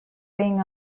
being